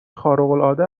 خارقالعاده